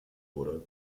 wurde